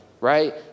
right